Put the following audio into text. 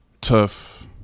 tough